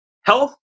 health